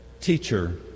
Teacher